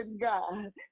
God